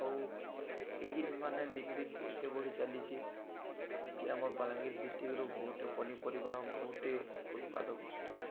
ଆଉ ଏଇ ଜିନିଷ୍ମାନେ ଦିନୁ ଦିନ୍କେ ଏତେ ବଢ଼ି ଚାଲିଛେ କି ଆମ ବାଲାଙ୍ଗୀର ଡ଼ିଷ୍ଟ୍ରିକ୍ରୁ ବହୁଟେ ପନିପରିବା ବହୁଟେ ଉତ୍ପାଦକ